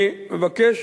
אני מבקש,